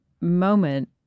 moment